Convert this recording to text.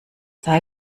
sei